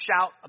shout